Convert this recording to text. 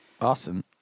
Awesome